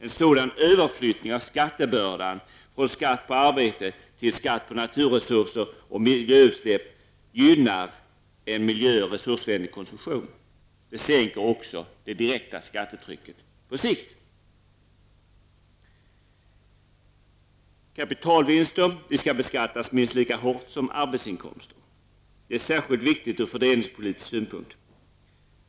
En sådan överflyttning av skattebördan från skatt på arbetet till skatt på naturresurser och miljöutsläpp gynnar en miljöoch resursvänlig konsumtion, och det sänker också det direkta skattetrycket på sikt. Kapitalvinster skall beskattas minst lika hårt som arbetsinkomster. Detta är särskilt viktigt ur fördelningspolitisk synpunkt.